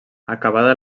acabada